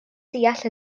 deall